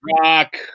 Rock